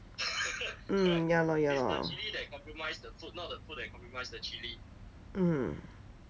mm ya lor ya lor mm